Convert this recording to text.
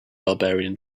barbarian